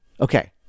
okay